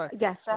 yes